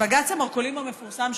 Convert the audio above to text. בג"ץ המרכולים המפורסם,